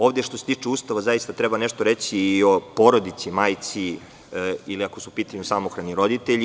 Ovde što se tiče Ustava treba nešto reći i o porodici, majci ili ako su u pitanju samohrani roditelji.